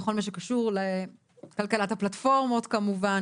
בכל מה שקשור לכלכלת הפלטפורמות כמובן